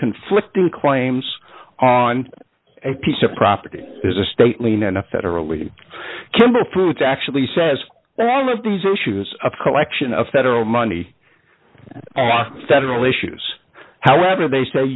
conflicting claims on a piece of property is a state lien and a federally kember fruits actually says that all of these issues of collection of federal money federal issues however they say